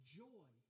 joy